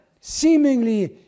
Seemingly